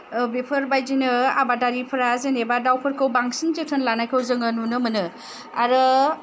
बेफोरबायदिनो आबादारिफ्रा जेनेबा दाउफोरखौ बांसिन जोथोन लानायखौ जोङो नुनो मोनो आरो